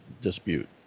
dispute